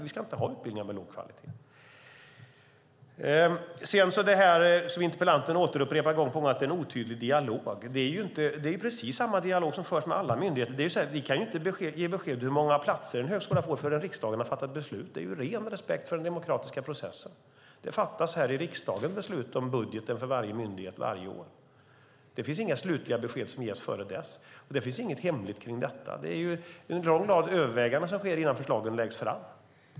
Vi ska inte ha utbildningar med låg kvalitet. Interpellanten upprepar gång på gång att det är en otydlig dialog. Det är ju precis samma dialog som förs med alla myndigheter. Vi kan inte ge besked om hur många platser en högskola får förrän riksdagen har fattat beslut. Det är ren respekt för den demokratiska processen. Det är i riksdagen man fattar beslut om budgeten för varje myndighet varje år. Det finns inga slutliga besked att ge före dess. Det finns inget hemligt kring detta. Det är en lång rad överväganden som sker innan förslagen läggs fram.